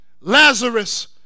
Lazarus